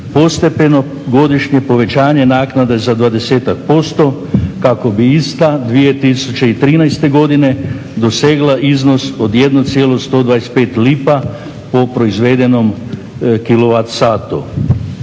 postepeno godišnje povećanje naknade za 20-tak posto kako bi ista 2013. godine dosegla iznos od 1,125 lipa po proizvedenom